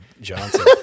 Johnson